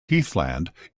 heathland